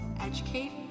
Educate